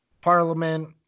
parliament